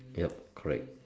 yup correct